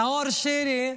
נאור שירי,